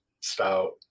stout